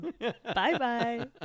Bye-bye